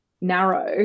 narrow